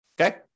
okay